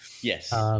Yes